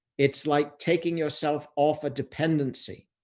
it's like taking yourself off a dependency.